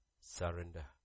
surrender